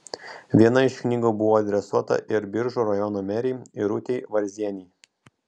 viena iš knygų buvo adresuota ir biržų rajono merei irutei varzienei